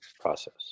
process